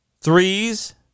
threes